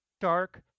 dark